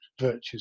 virtues